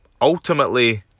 ultimately